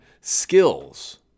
skills